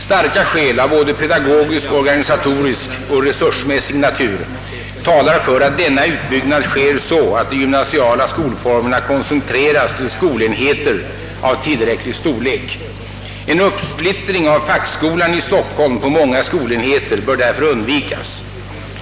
Starka skäl av både pedagogisk-organisatorisk och resursmässig natur talar för att denna utbyggnad sker så att de gymnasiala skolformerna koncentreras till skolenheter av tillräcklig storlek. En uppsplittring av fackskolan i Stockholm på många skolenheter bör därför undvikas.